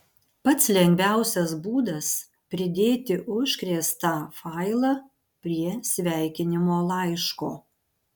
pats lengviausias būdas pridėti užkrėstą failą prie sveikinimo laiško